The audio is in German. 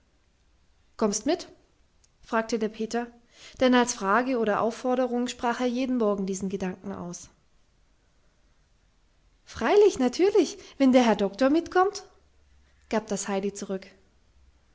kommst mit fragte der peter denn als frage oder als aufforderung sprach er jeden morgen diesen gedanken aus freilich natürlich wenn der herr doktor mitkommt gab das heidi zurück